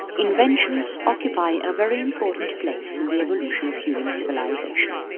inventions occupy a very important place in the evolution of human civilisation.